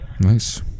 nice